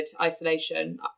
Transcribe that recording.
isolation